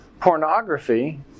Pornography